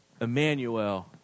Emmanuel